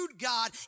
God